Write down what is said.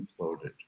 imploded